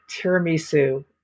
tiramisu